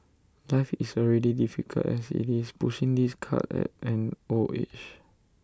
life is already difficult as IT is pushing this cart at an old age